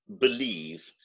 believe